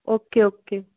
okay okay